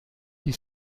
die